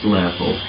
level